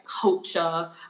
culture